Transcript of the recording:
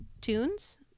tunes